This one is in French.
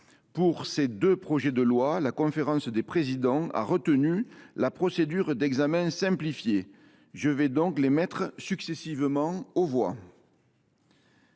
Pour ces deux projets de loi, la conférence des présidents a retenu la procédure d’examen simplifié. Je vais donc les mettre successivement aux voix.